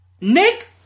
Nick